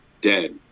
dead